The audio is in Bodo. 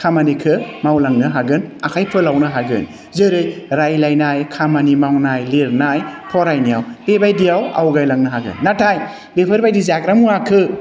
खामानिखौ मावलांनो हागोन आखाइ फोलावनो हागोन जेरै रायलायनाय खामानि मावनाय लिरनाय फरायनायाव बेबायदियाव आवगायलांनो हागोन नाथाय बेफोरबायदि जाग्रा मुवाखौ